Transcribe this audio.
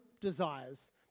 desires